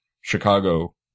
Chicago